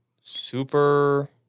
super